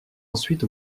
ensuite